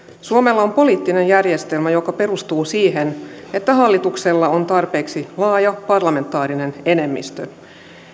suomella on poliittinen järjestelmä joka perustuu siihen että hallituksella on tarpeeksi laaja parlamentaarinen enemmistö